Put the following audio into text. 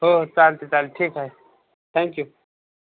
हो हो चालत चालेल ठीक आहे थँक्यू